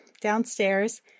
downstairs